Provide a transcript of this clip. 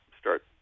start